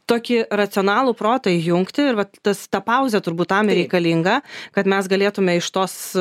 tokį racionalų protą įjungti ir vat tas ta pauzė turbūt tam ir reikalinga kad mes galėtume iš tos